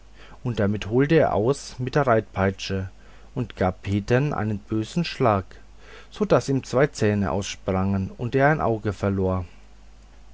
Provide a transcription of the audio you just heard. und damit holte er aus mit der reitpeitsche und gab petern einen bösen schlag so daß ihm zwei zähne aussprangen und er ein auge verlor